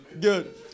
Good